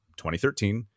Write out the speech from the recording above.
2013